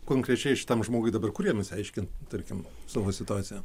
konkrečiai šitam žmogui dabar kur jam išsiaiškint tarkim savo situaciją